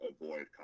avoid